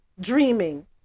dreaming